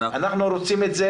אנחנו רוצים את זה